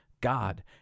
God